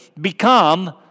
become